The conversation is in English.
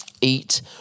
eat